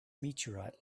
meteorite